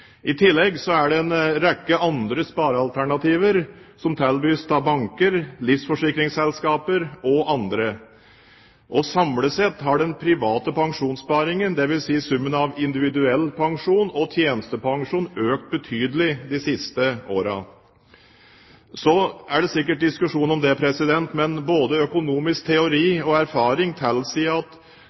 I tillegg er det en rekke andre sparealternativer som tilbys av banker, livsforsikringsselskaper og andre. Samlet sett har den private pensjonssparingen, dvs. summen av individuell pensjon og tjenestepensjon, økt betydelig de siste årene. Så er det sikkert diskusjon om det – men både økonomisk teori og erfaring tilsier at skattestimulering av bestemte spareprodukter ikke nødvendigvis fører til